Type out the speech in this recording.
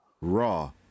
raw